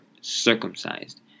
circumcised